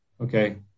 okay